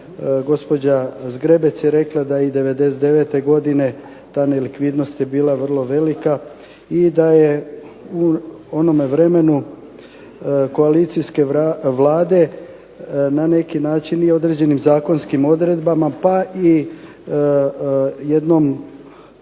gospođa Zgrebec je rekla da i '99. godine ta nelikvidnost je bila vrlo velika i da je u onome vremenu koalicijske Vlade na neki način i određenim zakonskim odredbama, pa i jednom suvislom